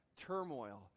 turmoil